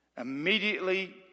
immediately